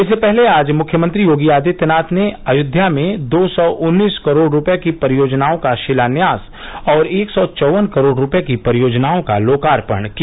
इससे पहले आज मुख्यमंत्री योगी आदित्यनाथ ने अयोध्या में दो सौ उन्नीस करोड़ रूपये की परियोजनाओं का शिलान्यास और एक सौ चौवन करोड़ रूपये की परियोजनाओं का लोकार्पण किया